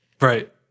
Right